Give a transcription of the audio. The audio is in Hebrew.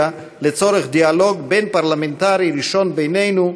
לצורך דיאלוג בין-פרלמנטרי ראשון בינינו.